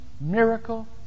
miracle